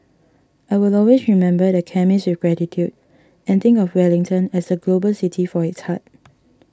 I will always remember the chemist with gratitude and think of Wellington as a global city for its heart